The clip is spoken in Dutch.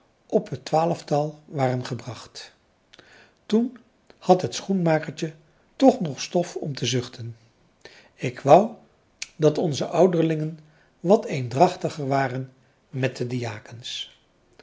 op het twaalftal waren gebracht toen had het schoenmakertje toch nog stof om te zuchten ik wou dat onze ouderlingen wat eendrachtiger waren met de diakens